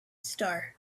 star